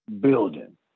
building